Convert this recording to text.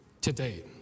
today